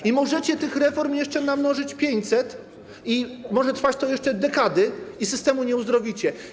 I możecie tych reform jeszcze namnożyć 500 i może trwać to jeszcze dekady i systemu nie uzdrowicie.